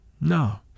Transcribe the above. No